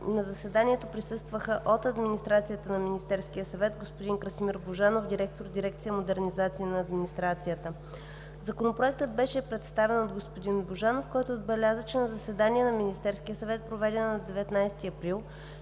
На заседанието присъстваха: от администрацията на Министерския съвет – господин Красимир Божанов – директор на дирекция „Модернизация на администрацията“. Законопроектът беше представен от господин Божанов, който отбеляза, че на заседание на Министерския съвет, проведено на 19 април